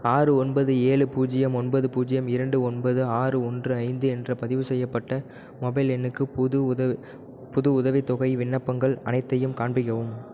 ஆறு ஒன்பது ஏழு பூஜ்ஜியம் ஒன்பது பூஜ்ஜியம் இரண்டு ஒன்பது ஆறு ஒன்று ஐந்து என்ற பதிவுசெய்யப்பட்ட மொபைல் எண்ணுக்கு புது உத புது உதவித்தொகை விண்ணப்பங்கள் அனைத்தையும் காண்பிக்கவும்